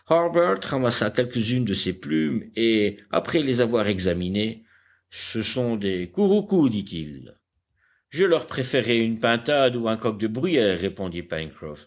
quelques-unes de ces plumes et après les avoir examinées ce sont des couroucous dit-il je leur préférerais une pintade ou un coq de bruyère répondit